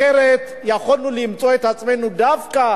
אחרת יכולנו למצוא את עצמנו דווקא